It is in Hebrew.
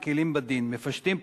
מקלים בדין: מפשטים פרוצדורות,